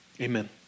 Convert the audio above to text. Amen